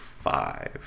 five